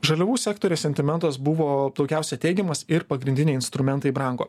žaliavų sektoriuje sentimentas buvo daugiausia teigiamas ir pagrindiniai instrumentai brango